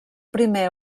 primer